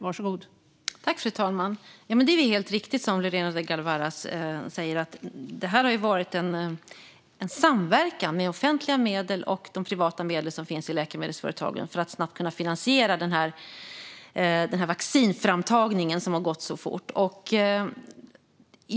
Fru talman! Det är helt riktigt som Lorena Delgado Varas säger. Det har varit en samverkan med offentliga medel och de privata medel som finns i läkemedelsföretagen för att snabbt kunna finansiera vaccinframtagningen som har gått så fort.